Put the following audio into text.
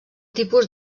tipus